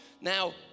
Now